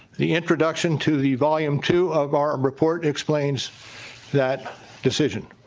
the introduction to the volume two of our report explains that decision.